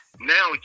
now